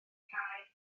cau